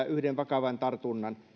yhden vakavan tartunnan